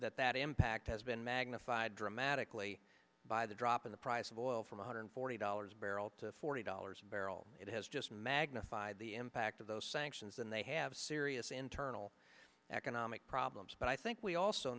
that that impact has been magnified dramatically by the drop in the price of oil from one hundred forty dollars barrel to forty dollars a barrel it has just magnified the impact of those sanctions and they have serious internal economic problems but i think we also